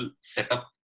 setup